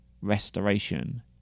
restoration